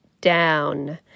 down